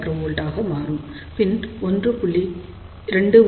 1 μV ஆக மாறும் பின் 1